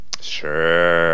Sure